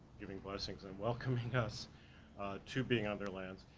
giving blessings and welcoming us to being on their land.